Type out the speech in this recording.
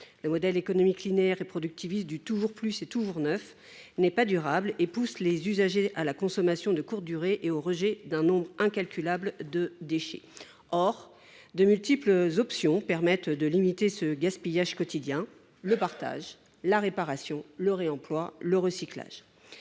Le modèle économique linéaire et productiviste du « toujours plus » et du « toujours neuf » n’est pas durable, car il pousse les usagers à la consommation de courte durée et au rejet d’un nombre incalculable de déchets. Or de multiples options permettent de limiter ce gaspillage quotidien : le partage, la réparation, le réemploi, le recyclage.